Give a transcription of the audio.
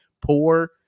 poor